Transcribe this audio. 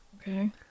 Okay